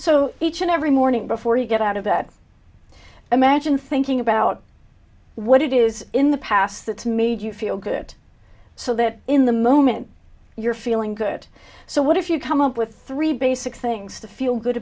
so each and every morning before you get out of that imagine thinking about what it is in the past that's made you feel good so that in the moment you're feeling good so what if you come up with three basic things to feel good